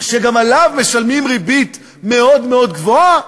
שגם עליו משלמים ריבית מאוד מאוד גבוהה,